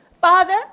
father